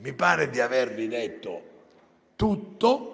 Mi pare di avervi detto tutto.